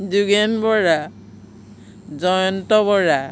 Jogen Bora Jayanta Bora